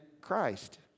Christ